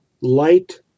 light